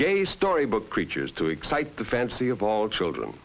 gay story book creatures to excite the fancy of all children